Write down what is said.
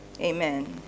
Amen